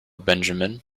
benjamin